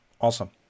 Awesome